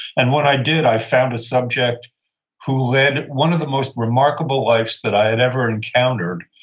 and what i did, i found a subject who led one of the most remarkable lives that i had ever encountered,